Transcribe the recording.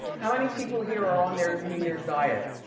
how many people here are on their new year's diet?